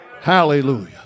Hallelujah